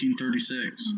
1936